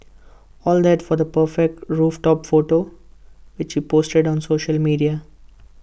all that for the perfect rooftop photo which he posted on social media